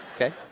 okay